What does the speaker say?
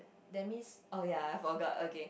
that means oh ya I forgot okay